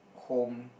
home